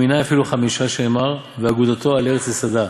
ומנין אפילו חמישה, שנאמר 'ואגדתו על ארץ יסדה'".